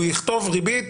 והוא יכתוב ריבית